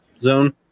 zone